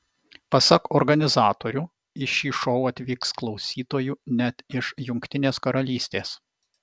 pasak organizatorių į šį šou atvyks klausytojų net iš jungtinės karalystės